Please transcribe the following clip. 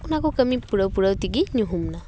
ᱚᱱᱟ ᱠᱚ ᱠᱟᱹᱢᱤ ᱯᱩᱨᱟᱹᱣ ᱯᱩᱨᱟᱹᱣ ᱛᱮᱜᱮ ᱧᱩᱦᱩᱢ ᱱᱟ